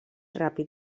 ràpid